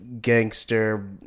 gangster